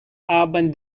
urban